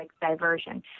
diversion